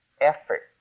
effort